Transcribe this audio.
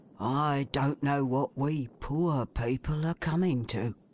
i don't know what we poor people are coming to.